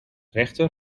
rechter